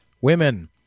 women